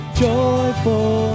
joyful